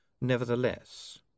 nevertheless